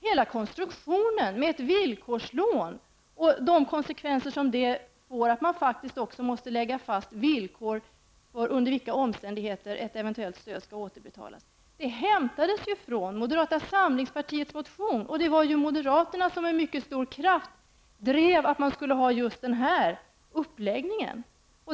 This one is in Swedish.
Hela konstruktionen med ett villkorslån och de konsekvenser detta får i och med att man faktiskt måste lägga fast villkor för under vilka omständigheter ett eventuellt stöd skall återbetalas, hämtades från moderata samlingspartiets motion. Det var moderaterna som med mycket stor kraft drev att man skulle ha just den här uppläggningen.